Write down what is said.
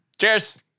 Cheers